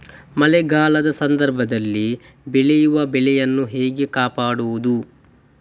ಮಳೆಗಾಲದ ಸಂದರ್ಭದಲ್ಲಿ ಬೆಳೆಯುವ ಬೆಳೆಗಳನ್ನು ಹೇಗೆ ಕಾಪಾಡೋದು?